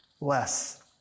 less